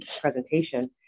presentation